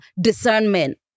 discernment